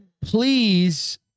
Please